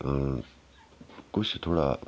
कुछ थोह्ड़ा